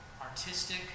artistic